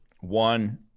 One